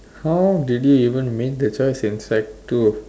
how did you even make the choice in sec two